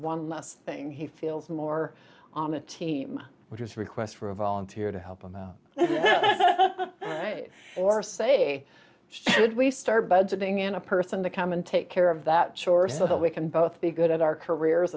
one less thing he feels more on the team which is requests for a volunteer to help him out or say if we start budgeting in a person to come and take care of that chore so that we can both be good at our careers